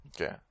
Okay